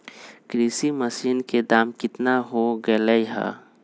कृषि मशीन के दाम कितना हो गयले है?